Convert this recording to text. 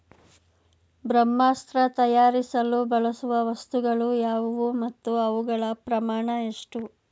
ಬ್ರಹ್ಮಾಸ್ತ್ರ ತಯಾರಿಸಲು ಬಳಸುವ ವಸ್ತುಗಳು ಯಾವುವು ಮತ್ತು ಅವುಗಳ ಪ್ರಮಾಣ ಎಷ್ಟು?